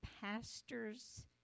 pastors